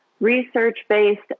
research-based